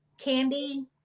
candy